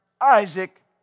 Isaac